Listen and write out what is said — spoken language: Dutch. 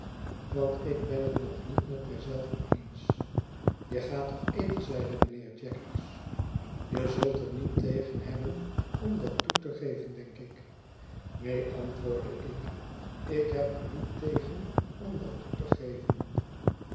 want ik ben het nog niet met mij zelven eens je gaat toch eten zeide mijnheer jaggers je zult er niet tegen hebben om dattoetegeven denk ik neen antwoordde ik ik heb er niet tegen om dat toe te geven